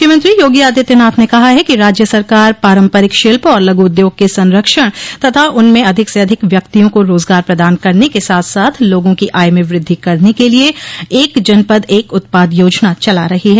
मुख्यमंत्री योगी आदित्यनाथ ने कहा है कि राज्य सरकार पारम्परिक शिल्प और लघु उद्योग के संरक्षण तथा उनमें अधिक से अधिक व्यक्तियों को रोजगार प्रदान करने के साथ साथ लोगों की आय में वृद्धि करने के लिए एक जनपद एक उत्पाद योजना चला रही है